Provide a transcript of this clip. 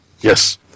Yes